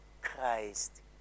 Christ